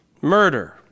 murder